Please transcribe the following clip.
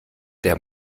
der